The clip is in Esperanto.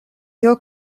tio